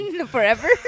Forever